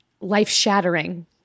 life-shattering